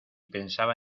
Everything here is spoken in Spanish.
pensaba